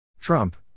Trump